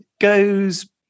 goes